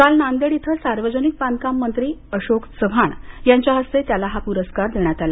काल नांदेड इथं सार्वजनिक बांधकाम मंत्री अशोक चव्हाण यांच्या हस्ते त्याला हा पुरस्कार देण्यात आला